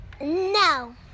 No